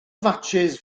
fatsis